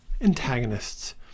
antagonists